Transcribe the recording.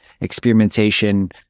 experimentation